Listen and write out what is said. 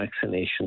vaccination